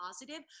positive